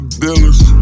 dealers